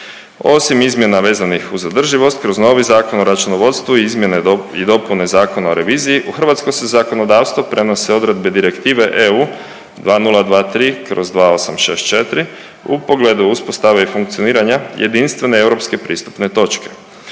Osim izmjena vezanih uz održivost, kroz novi Zakon o računovodstvu, izmjene i dopune Zakona o reviziji, u hrvatsko se zakonodavstvo prenose odredbe Direktive EU 2023/2864 u pogledu uspostave i funkcioniranja jedinstvene europske pristupne točke.